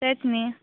तेंच न्हय